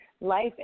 life